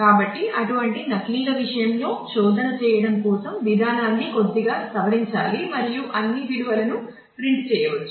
కాబట్టి అటువంటి నకిలీల విషయంలో శోధన చేయడం కోసం విధానాన్ని కొద్దిగా సవరించాలి మరియు అన్ని విలువలను ప్రింట్ చేయవచ్చు